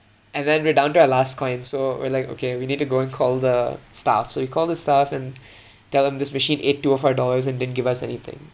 and then we're down to our last coin so we're like okay we need to go and call the staff so we call the staff and tell them this machine ate two of our dollars and didn't give us anything